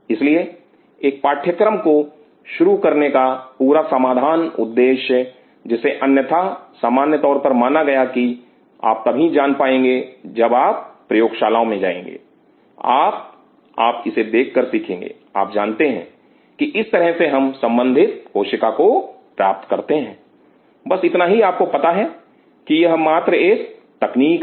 इसलिए एक पाठ्यक्रम को शुरू करने का पूरा समाधान उद्देश्य जिसे अन्यथा सामान्य तौर पर माना गया कि आप तभी जान पाएंगे जब आप प्रयोगशाला में जाएंगे आप आप इसे देखकर सीखेंगे आप जानते हैं कि इस तरह से हम संबंधित कोशिका को प्राप्त करते हैं बस इतना ही आपको पता है कि यह मात्र एक तकनीक है